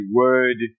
word